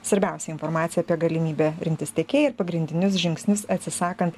svarbiausią informaciją apie galimybę rinktis tiekėją ir pagrindinius žingsnius atsisakant